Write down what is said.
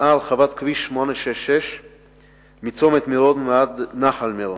בוצעה הרחבת כביש 866 מצומת מירון ועד נחל-מירון,